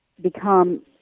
become